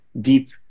deep